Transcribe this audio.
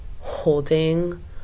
holding